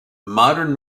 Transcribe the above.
modern